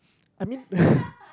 I mean